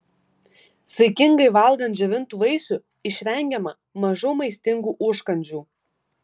saikingai valgant džiovintų vaisių išvengiama mažau maistingų užkandžių